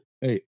Hey